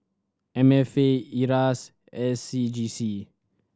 M F A IRAS and S C G C